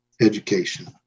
Education